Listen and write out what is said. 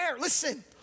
Listen